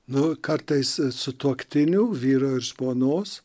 nu kartais sutuoktinių vyro ir žmonos